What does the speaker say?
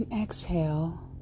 exhale